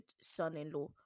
son-in-law